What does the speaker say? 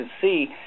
see